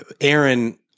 Aaron